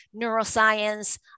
neuroscience